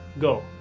go